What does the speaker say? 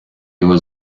його